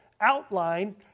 outline